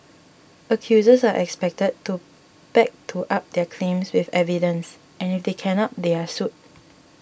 accusers are expected to back to up their claims with evidence and if they cannot they are sued